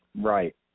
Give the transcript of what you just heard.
Right